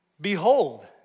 behold